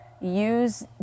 use